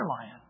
lion